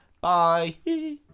Bye